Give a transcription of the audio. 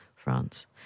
France